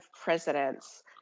presidents